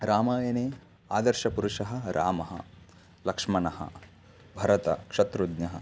रामायणे आदर्शपुरुषः रामः लक्ष्मणः भरतः शत्रुघ्नः